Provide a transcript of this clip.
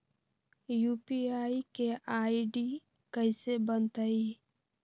UPI के ID कैसे बनतई?